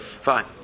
Fine